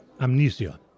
amnesia